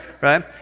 right